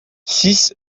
six